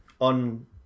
on